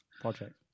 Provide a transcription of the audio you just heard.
Project